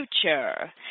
future